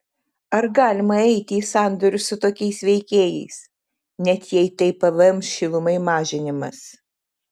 ar galima eiti į sandorius su tokiais veikėjais net jei tai pvm šilumai mažinimas